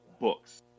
books